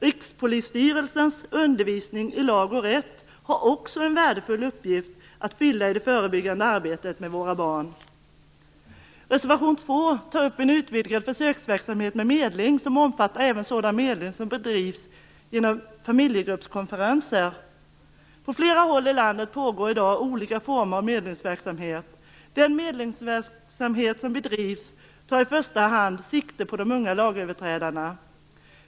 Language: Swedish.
Rikspolisstyrelsens undervisning i lag och rätt har också en värdefull uppgift att fylla i det förebyggande arbetet med våra barn. I reservation 2 tar man upp en utvidgad försöksverksamhet med medling som omfattar även sådan medling som bedrivs genom familjegruppskonferenser. På flera håll i landet pågår i dag olika former av medlingsverksamhet. Den medlingsverksamhet som bedrivs tar i första hand sikte på de unga lagöverträdarna.